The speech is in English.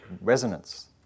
resonance